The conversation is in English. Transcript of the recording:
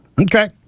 Okay